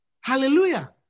Hallelujah